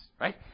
Right